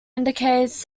indicates